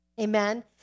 Amen